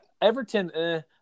Everton